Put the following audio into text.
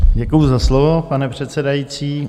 Děkuji za slovo, pane předsedající.